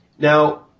Now